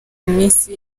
minsi